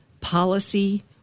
policy